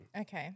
Okay